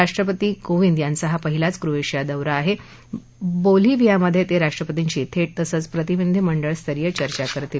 राष्ट्रपति कोविंद यांचा हा पहिलाच क्रोएशिया दौरा आहा ब्रोलिव्हियामध्यतिजिष्ट्रपतींशी थक्ततसद्यप्रतिनिधी मंडळ स्तरीय चर्चा करतील